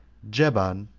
jeban,